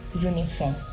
uniform